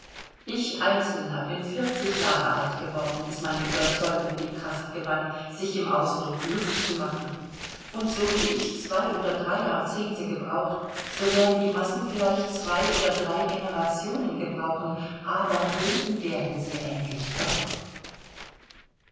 ich einzelner bin vierzig jahre alt geworden bis meine überzeugung die kraft gewann sich im ausdruck luft zu machen und so wie ich zwei oder drei jahrzehnte gebraucht so werden die massen vielleicht zwei oder drei generationen gebrauchen aber reden werden sie endlich doch